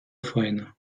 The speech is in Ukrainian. файна